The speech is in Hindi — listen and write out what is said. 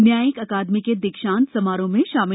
न्यायिक अकादमी के दीक्षांत समारोह में होंगे शामिल